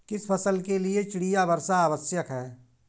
किस फसल के लिए चिड़िया वर्षा आवश्यक है?